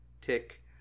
tick